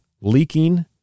leaking